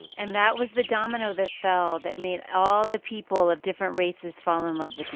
and that was the domino that fell that made all the people of different races fall in love with